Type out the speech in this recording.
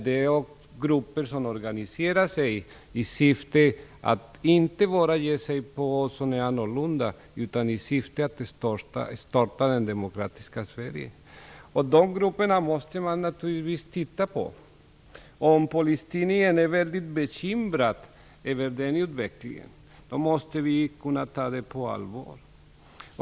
Det är grupper som organiserar sig inte bara för att ge sig på dem som är annorlunda utan som har till syfte att störta det demokratiska Sverige. Dessa grupper måste man naturligtvis studera. Om Polistidningen är mycket bekymrad över den här utvecklingen, måste vi ta den på allvar.